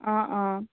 অ অ